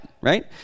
right